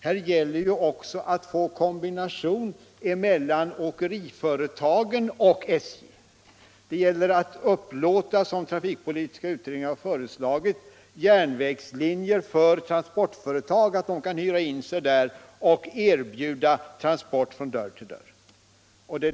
Här gäller det också att få kombination mellan åkeriföretagen och SJ. Det gäller, som trafikpolitiska utredningen har föreslagit, att upplåta järnvägslinjer för transportföretag så att de kan hyra in sig där och erbjuda transport från dörr till dörr.